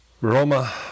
Roma